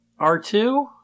r2